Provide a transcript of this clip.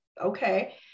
okay